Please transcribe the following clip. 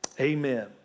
Amen